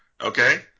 Okay